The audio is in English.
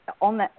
on